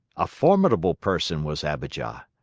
a formidable person was abijah.